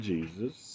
Jesus